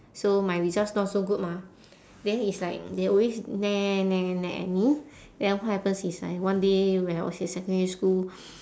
so my results not so good mah then it's like they always nag nag nag nag at me then what happens is like one day when I was in secondary school